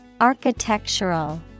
Architectural